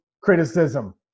criticism